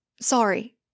Sorry